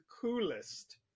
coolest